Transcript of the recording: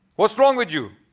what's wrong with you,